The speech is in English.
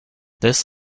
this